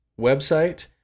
website